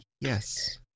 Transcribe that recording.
yes